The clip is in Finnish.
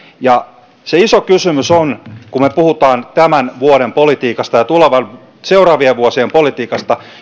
ja se iso kysymys on kun me puhumme tämän vuoden politiikasta ja seuraavien vuosien politiikasta